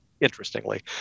interestingly